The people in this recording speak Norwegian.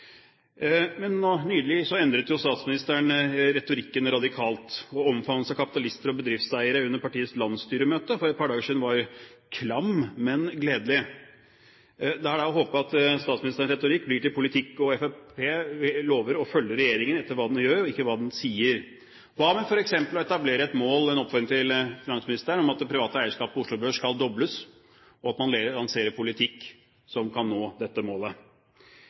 Men nylig endret statsministeren retorikken radikalt, og omfavnelsen av kapitalister og bedriftseiere under partiets landsstyremøte for et par dager siden var klam, men gledelig. Det er å håpe at statsministerens retorikk blir til politikk. Fremskrittspartiet lover å følge med på hva regjeringen gjør, og ikke hva den sier den skal gjøre. Hva med f.eks. å etablere et mål – dette er en oppfordring til finansministeren – om at det private eierskap på Oslo Børs skal dobles, og at man lanserer politikk som kan nå dette målet.